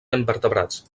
invertebrats